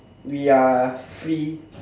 we are free